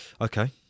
Okay